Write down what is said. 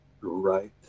Right